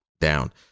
down